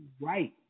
right